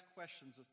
questions